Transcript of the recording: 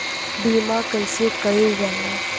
बीमा कइसे कइल जाला?